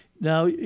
Now